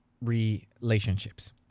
relationships